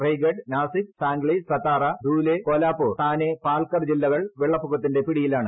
റെയിഗട് നാസിക് സംഗ്ലി സതാറാ ദൂലെ കോലാപൂർ താനെ പാൽക്കർ ജില്ലകൾ വെള്ളപ്പൊക്കത്തിന്റെ പിടിയിലാണ്